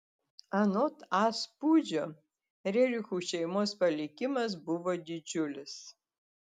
anot a spūdžio rerichų šeimos palikimas buvo didžiulis